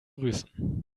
grüßen